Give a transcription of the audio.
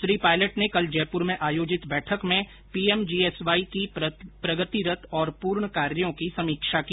श्री पायलट ने कल जयपुर में आयोजित बैठक में पीएमजीएसवाई की प्रगतिरत और पूर्ण कार्यों की समीक्षा की